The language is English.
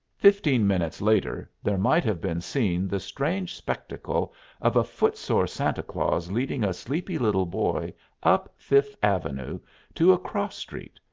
fifteen minutes later, there might have been seen the strange spectacle of a foot-sore santa claus leading a sleepy little boy up fifth avenue to a cross-street,